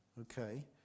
Okay